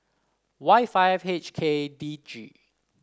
Y five H K D G